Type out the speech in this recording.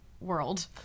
world